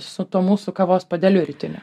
su tuo mūsų kavos puodeliu rytiniu